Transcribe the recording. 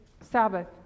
Sabbath